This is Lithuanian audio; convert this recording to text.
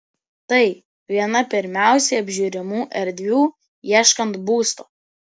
tai viena pirmiausiai apžiūrimų erdvių ieškant būsto